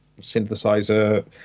synthesizer